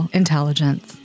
intelligence